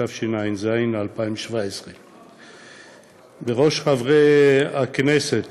התשע"ז 2017. בראש חברי הכנסת